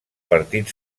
partit